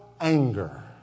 anger